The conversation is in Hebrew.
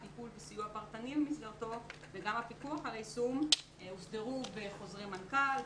טיפול וסיוע פרטני במסגרתו וגם הפיקוח על היישום הוסדרו בחוזרי מנכ"ל,